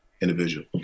individual